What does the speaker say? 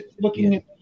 looking